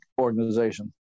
organization